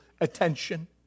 attention